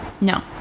No